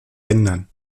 ändern